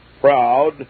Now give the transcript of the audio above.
proud